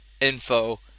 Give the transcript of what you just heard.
info